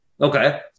Okay